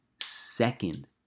second